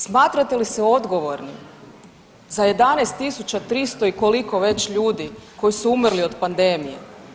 Smatrate li se odgovornim za 11.300 i koliko već ljudi koji su umrli od pandemije.